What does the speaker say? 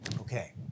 Okay